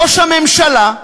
ראש הממשלה,